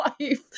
life